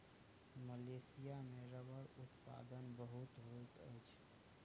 Malaysia में रबड़ उत्पादन बहुत होइत अछि